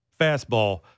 fastball